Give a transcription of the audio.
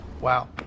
Wow